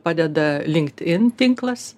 padeda linked in tinklas